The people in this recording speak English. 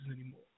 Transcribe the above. anymore